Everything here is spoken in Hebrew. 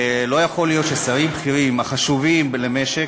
לא יכול להית ששרים בכירים, החשובים למשק,